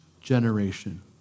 generation